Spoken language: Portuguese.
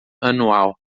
anual